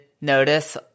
notice